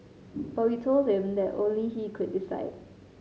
but we told him that only he could decide